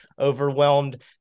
overwhelmed